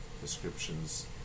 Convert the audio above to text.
descriptions